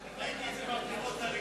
ראיתי את זה בבחירות לליכוד.